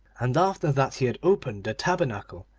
and after that he had opened the tabernacle,